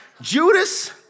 Judas